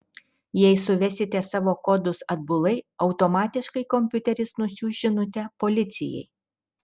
jei suvesite savo kodus atbulai automatiškai kompiuteris nusiųs žinutę policijai